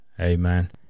Amen